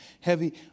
Heavy